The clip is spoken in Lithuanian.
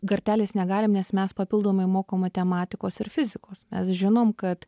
kartelės negalim nes mes papildomai mokom matematikos ir fizikos mes žinom kad